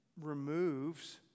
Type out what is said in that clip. removes